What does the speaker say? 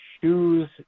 shoes